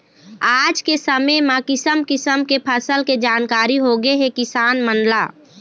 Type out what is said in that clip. आज के समे म किसम किसम के फसल के जानकारी होगे हे किसान मन ल